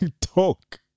talk